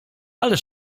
ale